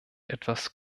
etwas